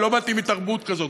אני לא באתי מתרבות כזאת,